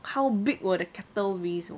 how big would the cactus weigh sia